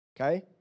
Okay